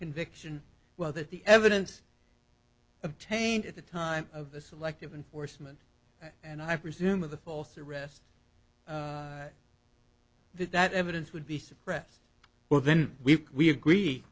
conviction well that the evidence obtained at the time of the selective enforcement and i presume of the false arrest if that evidence would be suppressed were then we agree